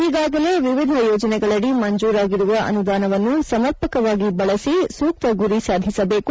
ಈಗಾಗಲೇ ವಿವಿಧ ಯೋಜನೆಗಳಡಿ ಮಂಜೂರಾಗಿರುವ ಅನುದಾನವನ್ನು ಸಮರ್ಪಕವಾಗಿ ಬಳಸಿ ಸೂಕ್ತ ಗುರಿ ಸಾಧಿಸಬೇಕು